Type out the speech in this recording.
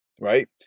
right